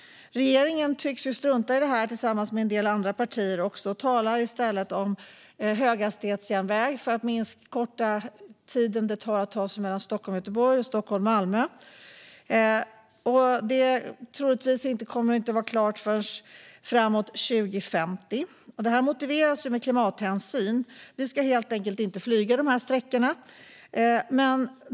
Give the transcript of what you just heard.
Regeringen tycks tillsammans med en del andra partier strunta i detta och talar i stället om höghastighetsjärnväg som ska minska den tid det tar för att ta sig mellan Stockholm och Göteborg och mellan Stockholm och Malmö. Det kommer troligtvis inte att vara klart förrän framåt 2050. Det här motiveras med klimathänsyn. Vi ska helt enkelt inte flyga dessa sträckor.